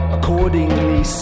Accordingly